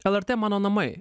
lrt mano namai